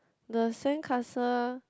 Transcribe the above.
the sandcastle